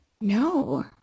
No